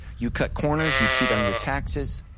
you cut corners, you cheat on your taxes.